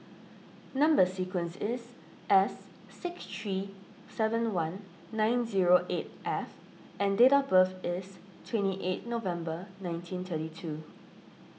Number Sequence is S six three seven one nine zero eight F and date of birth is twenty eight November nineteen thirty two